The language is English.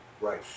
right